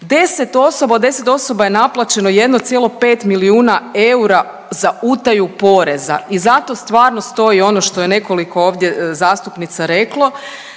od 10 osoba je naplaćeno 1,5 milijuna eura za utaju poreza i zato stvarno stoji ono što je nekoliko ovdje zastupnica reklo,